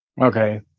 Okay